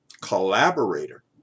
collaborator